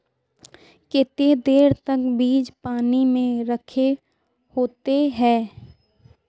केते देर तक बीज पानी में रखे होते हैं?